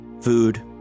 food